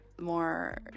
more